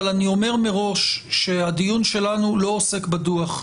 אבל אני אומר מראש שהדיון שלנו לא עוסק בדוח.